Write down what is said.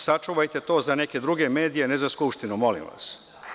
Sačuvajte to za neke druge medije, ne za Skupštinu, molim vas.